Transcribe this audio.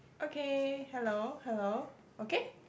okay hello hello okay